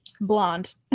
blonde